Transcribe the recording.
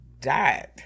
died